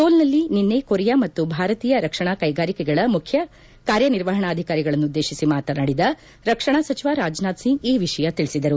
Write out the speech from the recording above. ಸೋಲ್ ನಲ್ಲಿ ನಿನ್ನೆ ಕೊರಿಯಾ ಮತ್ತು ಭಾರತೀಯ ರಕ್ಷಣಾ ಕ್ಷೆಗಾರಿಕೆಗಳ ಮುಖ್ಯ ಕಾರ್ಯ ನಿರ್ವಹಣಾಧಿಕಾರಿಗಳನ್ನುದ್ದೇತಿಸಿ ಮಾತನಾಡಿದ ರಕ್ಷಣಾ ಸಚಿವ ರಾಜನಾಥ್ ಸಿಂಗ್ ಈ ವಿಷಯ ತಿಳಿಸಿದರು